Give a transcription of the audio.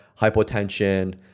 hypotension